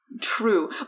True